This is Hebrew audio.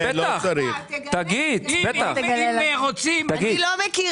אם רוצים, אני אגיד.